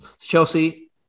Chelsea